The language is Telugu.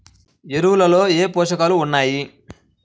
ఎరువులలో ఏ పోషకాలు ఉన్నాయి?